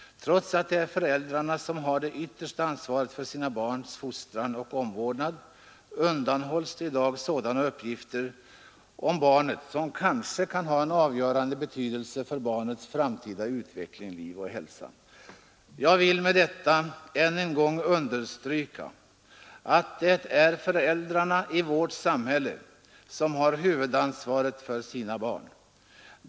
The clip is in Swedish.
Trots att det är föräldrarna som har det yttersta ansvaret för sina barns fostran och omvårdnad undanhålls de i dag sådana uppgifter om barnet som kanske kan ha avgörande betydelse för barnets framtida utveckling, liv och hälsa.” Jag vill med detta ännu en gång understryka att det i vårt samhälle är föräldrarna som har huvudansvaret för barnen.